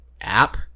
app